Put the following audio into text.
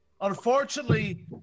unfortunately